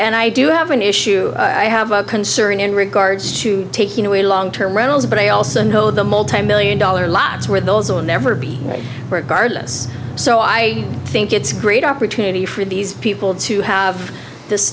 and i do have an issue i have a concern in regards to taking a long term rentals but i also know the multimillion dollar lots where those will never be regardless so i think it's great opportunity for these people to have this